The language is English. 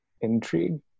intrigue